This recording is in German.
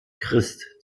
christ